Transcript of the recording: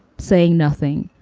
saying nothing.